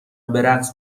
برقص